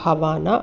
havana